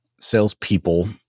Salespeople